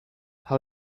how